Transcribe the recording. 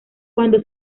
cuando